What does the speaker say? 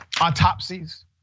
autopsies